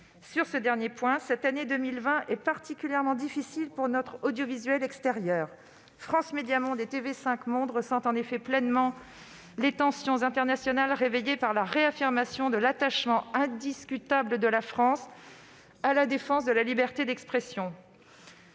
Sur ce dernier point, cette année 2020 est particulièrement difficile pour notre audiovisuel extérieur. France Médias Monde et TV5 Monde ressentent en effet pleinement les tensions internationales réveillées par la réaffirmation de l'attachement indiscutable de la France à la défense de la liberté d'expression.